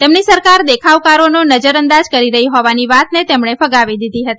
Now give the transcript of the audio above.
તેમની સરકાર દેખાવકરોને નજર અંદાજ કરી રહી હોવાની વાતને ફગાવી દીધી હતી